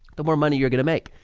the more money you're going to make,